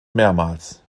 mehrmals